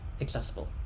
accessible